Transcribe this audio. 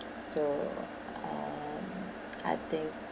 so um I think